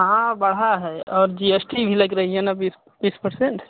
हाँ हाँ बढ़ा है और जी एस टी भी लग रही है ना बीस तीस परसेंट